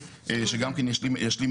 בשש שנים